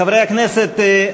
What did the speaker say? חברי הכנסת,